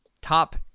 top